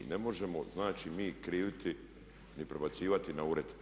Ne možemo, znači mi kriviti ni prebacivati na ured.